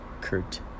Kurt